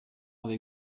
avec